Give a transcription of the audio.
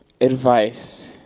Advice